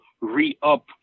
re-up